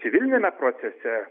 civiliniame procese